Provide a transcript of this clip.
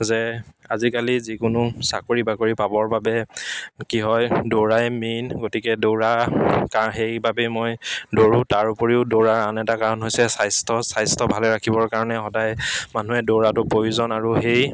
যে আজিকালি যিকোনো চাকৰি বাকৰি পাবৰ বাবে কি হয় দৌৰাই মেইন গতিকে দৌৰা কাৰণ সেইবাবেই মই দৌৰোঁ তাৰ উপৰিও দৌৰাৰ আন এটা কাৰণ হৈছে স্বাস্থ্য স্বাস্থ্য ভালে ৰাখিবৰ কাৰণে সদায় মানুহে দৌৰাটো প্ৰয়োজন আৰু সেই